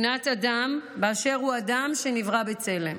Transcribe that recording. שנאת אדם באשר הוא אדם שנברא בצלם.